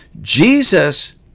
Jesus